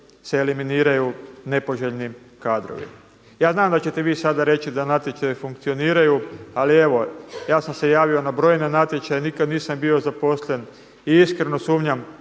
se eliminiraju nepoželjni kadrovi. Ja znam da ćete vi sada reći da natječaji funkcioniraju, ali evo ja sam se javio na brojne natječaje nikad nisam bio zaposleni i iskreno sumnjam